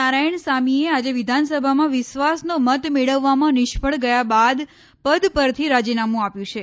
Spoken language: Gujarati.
નારાયણસામીએ આજે વિધાનસભામાં વિશ્વાસનો મત મેળવવામાં નિષ્ફળ ગયા બાદ પદ પરથી રાજીનામું આપ્યું છે